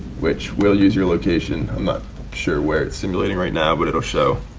which will use your location. i'm not sure where it's simulating right now, but it will show